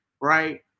right